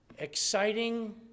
Exciting